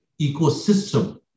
ecosystem